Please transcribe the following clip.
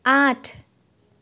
আঠ